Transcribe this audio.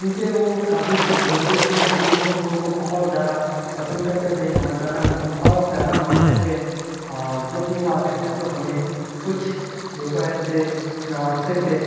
کیونکہ وہ کافی بزرگ تھے لیکن وہ ہم لوگوں کو بہت زیادہ پسند کرتے تھے ہمارے دادا ہمیں بہت زیادہ مانتے تھے اور جب بھی وہ آتے تھے تو ہمیں کچھ روپے سے نوازتے تھے